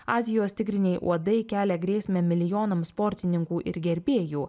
azijos tigriniai uodai kelia grėsmę milijonams sportininkų ir gerbėjų